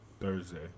Thursday